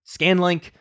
Scanlink